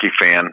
fan